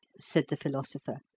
said the philosopher,